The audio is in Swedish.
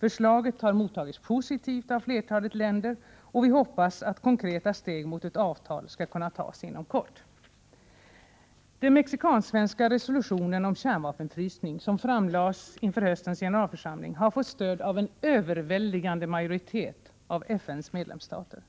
Förslaget har mottagits positivt av flertalet länder, och vi hoppas att konkreta steg mot ett avtal skall kunna tas inom kort. Den mexikansk-svenska resolutionen om kärnvapenfrysning som framlades inför höstens generalförsamling har fått stöd av en överväldigande majoritet av FN:s medlemsstater.